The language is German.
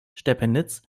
stepenitz